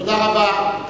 תודה רבה.